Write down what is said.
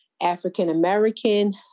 African-American